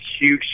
huge